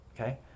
Okay